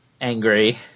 angry